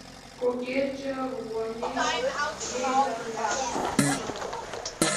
kokie čia ruoniai jei be ledo sušalo